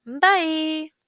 Bye